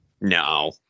No